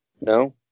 No